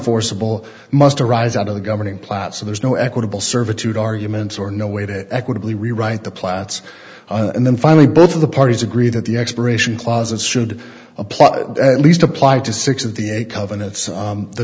forcible must arise out of the governing plat so there's no equitable servitude arguments or no way to equitably rewrite the platts and then finally both of the parties agree that the expiration clauses should apply at least apply to six of the eight covenants the